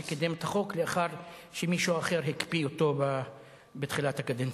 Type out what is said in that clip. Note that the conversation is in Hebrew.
שקידם את החוק לאחר שמישהו אחר הקפיא אותו בתחילת הקדנציה.